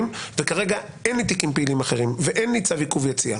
וכרגע אין לי תיקים פעילים אחרים ואין לי צו עיכוב יציאה